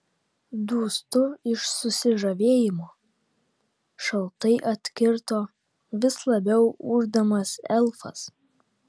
dūstu iš susižavėjimo šaltai atkirto vis labiau ūždamas elfas